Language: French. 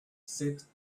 sept